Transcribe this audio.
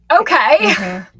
okay